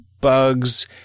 bugs